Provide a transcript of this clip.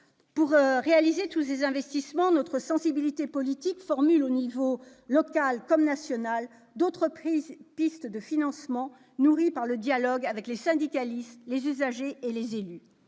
Pour tous ces investissements, notre sensibilité politique formule, aux niveaux local et national, d'autres pistes de financement nourries par le dialogue avec les syndicalistes, les usagers et les élus.